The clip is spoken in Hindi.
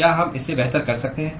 क्या हम इससे बेहतर कर सकते हैं